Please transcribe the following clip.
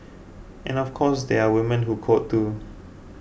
and of course there are women who called too